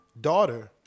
daughter